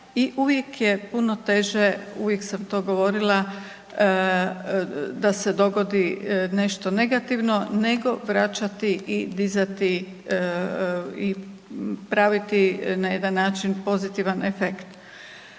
i uvijek je puno teže, uvijek sam to govorila da se dogodi nešto negativno nego vraćati i dizati i praviti na jedan način pozitivan efekt.